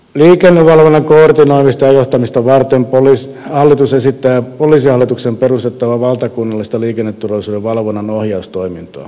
liikennevalvonnan koordinoimista ja johtamista varten hallitus esittää poliisihallitukseen perustettavaa valtakunnallista liikenneturvallisuuden valvonnan ohjaustoimintoa